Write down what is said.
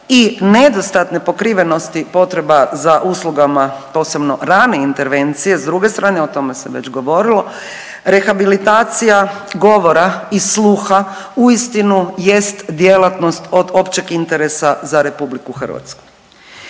i nedostane pokrivenosti potreba za uslugama posebno rane intervencije s druge strane, o tome se već govorilo, rehabilitacija govora i sluha uistinu jest djelatnost od općeg interesa za RH.